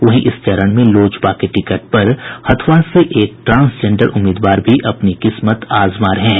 वहीं इस चरण में लोजपा के टिकट पर हथुआ से एक ट्रांसजेंडर उम्मीदवार भी अपनी किस्मत आजमा रहे हैं